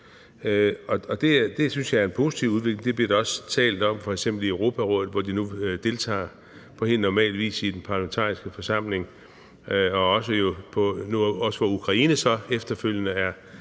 Det synes jeg er en positiv udvikling, og det bliver der også talt om f.eks. i Europarådet, hvor de nu deltager på helt normal vis i den parlamentariske forsamling, og hvor Ukraine så også efterfølgende er